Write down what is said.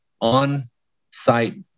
on-site